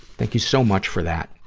thank you so much for that.